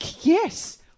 yes